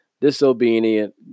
disobedient